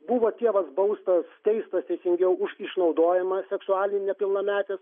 buvo tėvas baustas teistas teisingiau už išnaudojimą seksualinį nepilnametės